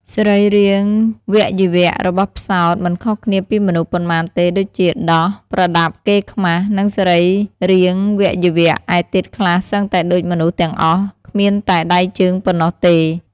សរីរាវៈយវៈរបស់ផ្សោត មិនខុសគ្នាពីមនុស្សប៉ុន្មានទេដូចជា ដោះ, ប្រដាប់កេរខ្មាស និងសរីរាវៈយវៈឯទៀតខ្លះសឹងតែដូចមនុស្សទាំងអស់ គ្មានតែដៃជើងប៉ុណ្ណោះទេ ។